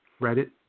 Reddit